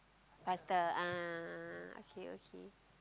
faster ah okay okay